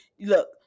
look